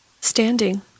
standing